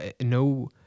no